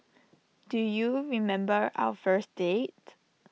do you remember our first date